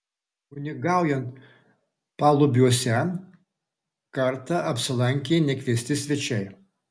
kunigaujant palubiuose kartą apsilankė nekviesti svečiai